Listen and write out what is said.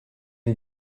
den